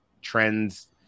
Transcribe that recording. trends